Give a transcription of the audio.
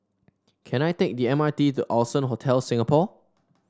can I take the M R T to Allson Hotel Singapore